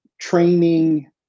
training